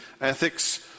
ethics